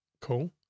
cool